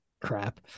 Crap